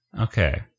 Okay